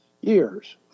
years